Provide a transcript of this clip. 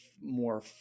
more